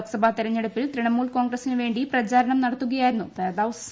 ലോക്സഭാ തെരഞ്ഞെടുപ്പിൽ തൃണമൂൽ കോൺഗ്രസിന് വേണ്ടി പ്രചാരണം നടത്തുകയായിരുന്നു പെർദൌസ്